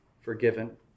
forgiven